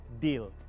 deal